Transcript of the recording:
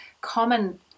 common